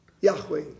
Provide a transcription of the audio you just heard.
Yahweh